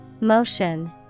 Motion